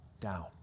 down